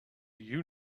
you